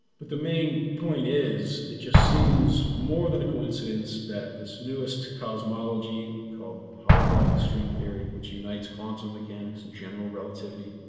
but the main point is, it just seems more than a coincidence that this newest cosmology called holographic string theory, which unites quantum mechanics and general relativity,